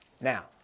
Now